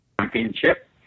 championship